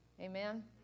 Amen